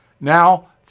now